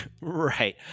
right